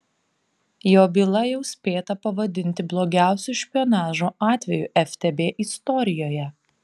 jo byla jau spėta pavadinti blogiausiu špionažo atveju ftb istorijoje